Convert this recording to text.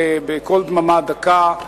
בקול דממה דקה.